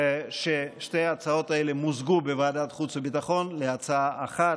ושתי ההצעות האלה מוזגו בוועדת החוץ והביטחון להצעה אחת.